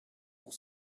pour